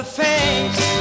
face